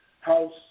house